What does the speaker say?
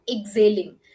exhaling